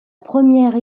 première